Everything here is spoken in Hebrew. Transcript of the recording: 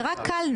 זה רק קלנר.